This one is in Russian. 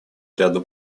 ряду